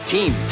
Team